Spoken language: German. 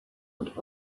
und